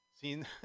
seen